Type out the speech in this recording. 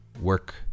work